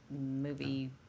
movie